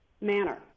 manner